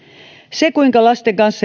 se kuinka lasten kanssa